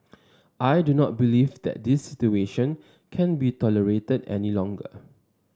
I do not believe that this situation can be tolerated any longer